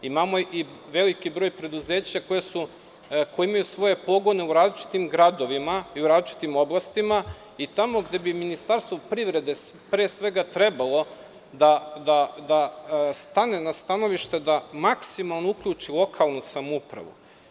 Imamo i veliki broj preduzeća koja imaju svoje pogone u različitim gradovima i u različitim oblastima i tamo gde bi Ministarstvo privrede pre svega trebalo da stane na stanovište da maksimalno uključi lokalnu samoupravu.